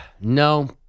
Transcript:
No